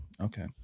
Okay